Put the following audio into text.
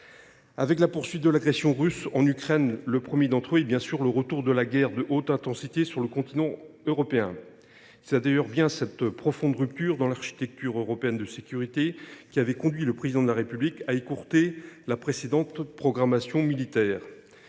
Avec la poursuite de l’agression russe en Ukraine, le premier de ces défis est bien sûr le retour de la guerre de haute intensité sur le continent européen. D’ailleurs, c’est cette profonde rupture dans l’architecture européenne de sécurité qui a conduit le Président de la République à écourter la précédente programmation militaire.